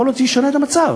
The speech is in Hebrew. יכול להיות שזה ישנה את המצב,